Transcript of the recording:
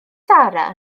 sarah